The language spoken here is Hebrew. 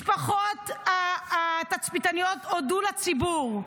משפחות התצפיתניות הודו לציבור.